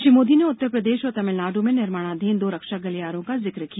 श्री मोदी ने उत्तर प्रदेश और तमिलनाडु में निर्माणाधीन दो रक्षा गलियारों का जिक्र किया